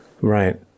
right